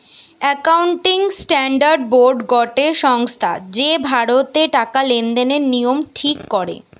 accounting standard board গটে সংস্থা যে ভারতের টাকা লেনদেনের নিয়ম ঠিক করে